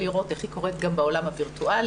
לראות איך היא קורית גם בעולם הווירטואלי,